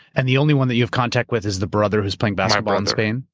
and the only one that you have contact with is the brother who's playing basketball in spain?